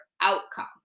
outcome